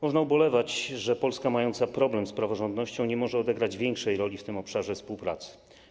Można ubolewać, że Polska, która ma problem z praworządnością, nie może odegrać większej roli w tym obszarze współpracy.